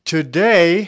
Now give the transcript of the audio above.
Today